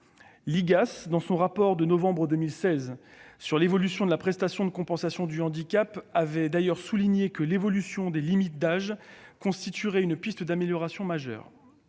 (IGAS), dans son rapport de novembre 2016 sur l'évolution de la prestation de compensation du handicap, avait souligné que l'évolution des limites d'âge constituait une piste d'amélioration majeure.